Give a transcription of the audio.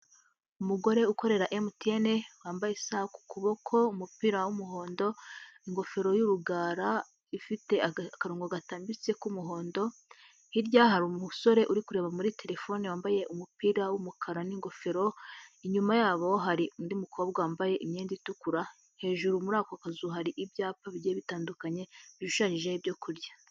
Umugore ukorera emutiyene wambaye isaha ku kuboko, umupira w'umuhondo, ingofero y'urugara ifite akarongo gatambitse k'umuhondo, hirya hari umusore uri kureba muri terefone, wambaye umupira w'umukara n'ingofero, inyuma yabo hari undi mukobwa wambaye imyenda itukura, hejuru muri ako kazu hari ibyapa bigiye bitandukanye, bishushanyijeho ibyo kurya.